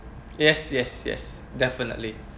yes yes yes definitely